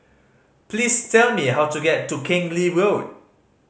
please tell me how to get to Keng Lee Road